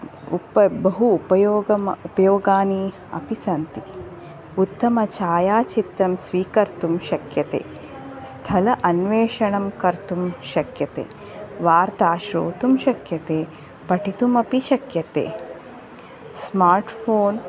उप्पर् बहु उपयोगम् उपयोगानि अपि सन्ति उत्तमछायाचित्रं स्वीकर्तुं शक्यते स्थल अन्वेषणं कर्तुं शक्यते वार्ता श्रोतुं शक्यते पठितुमपि शक्यते स्मार्टफ़ोन्